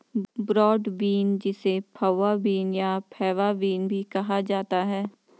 broad bean जिसे fava bean या faba bean भी कहा जाता है